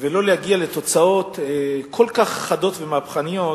ולא להגיע לתוצאות כל כך חדות ומהפכניות,